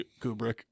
Kubrick